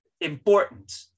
important